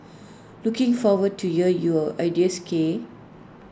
looking forward to hear your ideas K